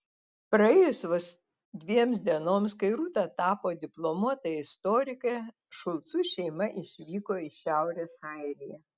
praėjus vos dviems dienoms kai rūta tapo diplomuota istorike šulcų šeima išvyko į šiaurės airiją